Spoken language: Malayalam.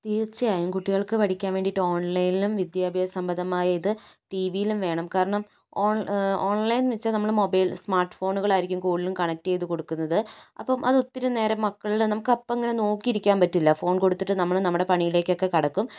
തീർച്ചയായും കുട്ടികൾക്ക് പഠിക്കാൻ വേണ്ടിയിട്ട് ഓൺലൈനിലും വിദ്യഭ്യാസ സംബന്ധമായ ഇത് ടി വി യിലും വേണം കാരണം ഓൺ ഓൺലൈനെന്ന് വെച്ചാൽ നമ്മൾ മൊബൈൽ സ്മാർട്ട് ഫോണുകളായിരിക്കും കൂടുതലും കണക്ട് ചെയ്ത് കൊടുക്കുന്നത് അപ്പോൾ അത് ഒത്തിരി നേരം മക്കളിൽ നമുക്ക് അപ്പോൾ ഇങ്ങനെ നോക്കിയിരിക്കാൻ പറ്റില്ല ഫോൺ കൊടുത്തിട്ട് നമ്മൾ നമ്മളുടെ പണിയിലേക്കൊക്കെ കടക്കും